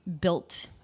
built